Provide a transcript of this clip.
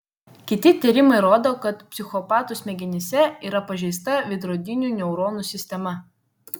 kiti tyrimai rodo kad psichopatų smegenyse yra pažeista veidrodinių neuronų sistema